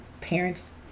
parents